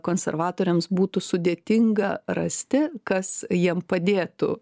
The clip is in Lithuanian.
konservatoriams būtų sudėtinga rasti kas jiem padėtų